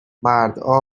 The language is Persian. مردها